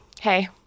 hey